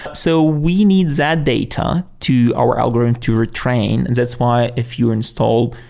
so we need that data to our algorithm to retrain. and that's why if you installed,